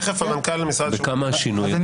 בכמה השינויים?